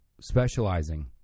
specializing